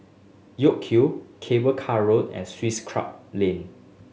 York Hill Cable Car Road and Swiss Club Lane